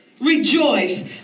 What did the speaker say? rejoice